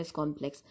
complex